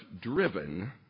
driven